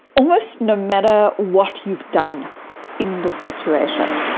almost no matter what you've done in this situation,